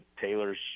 Taylor's